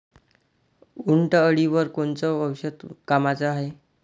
उंटअळीवर कोनचं औषध कामाचं हाये?